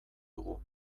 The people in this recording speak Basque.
dugu